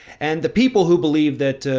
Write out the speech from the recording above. and the people who believe that, ah,